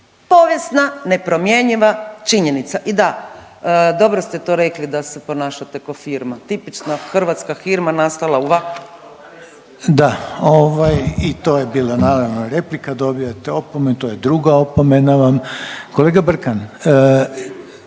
povijesna, nepromjenjiva činjenica. I da, dobro ste to rekli da se ponašate kao firma, tipična hrvatska firma nastala u … **Reiner, Željko (HDZ)** Da i to je bila naravno replika. Dobivate opomenu. To je druga opomena vam. Kolega Brkan